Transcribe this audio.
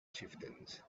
chieftains